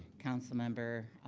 councilmember